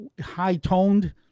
high-toned